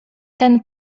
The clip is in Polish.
ten